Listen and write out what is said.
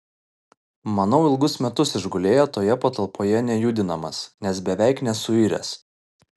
manau ilgus metus išgulėjo toje patalpoje nejudinamas nes beveik nesuiręs